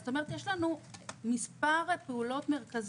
זאת אומרת: יש למורה ולמנהל בית הספר מספר פעולות מרכזיות,